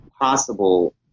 possible